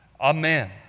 Amen